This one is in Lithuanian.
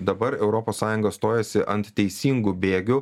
dabar europos sąjunga stojasi ant teisingų bėgių